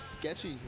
sketchy